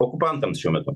okupantams šiuo metu